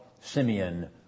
Simeon